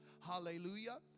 Hallelujah